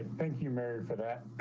thank you mary for that.